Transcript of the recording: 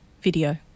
video